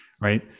right